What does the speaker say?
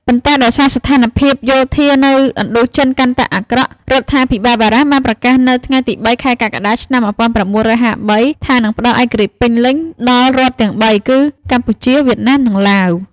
ប៉ុន្តែ ដោយសារស្ថានភាពយោធានៅឥណ្ឌូចិនកាន់តែអាក្រក់ រដ្ឋាភិបាលបារាំងបានប្រកាសនៅថ្ងៃទី៣ ខែកក្កដា ឆ្នាំ១៩៥៣ ថានឹងផ្ដល់ឯករាជ្យពេញលេញដល់រដ្ឋទាំងបីគឺ កម្ពុជា វៀតណាម និងឡាវ។